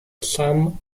some